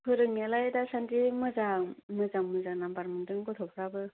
फोरोंनायालाय दासानन्दि मोजां मोजां मोजां नामबार मोनदों गथ'फ्राबो